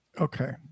Okay